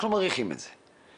אנחנו מאריכים את זה.